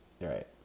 Right